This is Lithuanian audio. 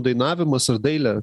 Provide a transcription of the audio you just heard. dainavimas ar dailė